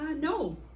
no